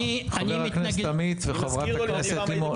חבר הכנסת עמית וחברת הכנסת לימור,